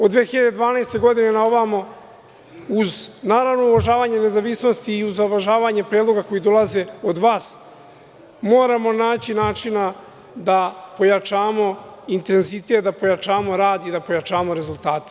Od 2012. godine na ovamo, uz naravno, uvažavanje nezavisnosti i uz uvažavanje predloga koji dolaze od vas, moramo naći načina da pojačamo intenzitet, da pojačamo rad i da pojačamo rezultate.